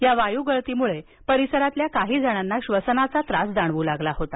या वायू गळतीमुळे परिसरातील काही जणांना श्वसनाचा त्रास जाणवू लागला होता